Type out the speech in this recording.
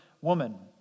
woman